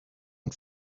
und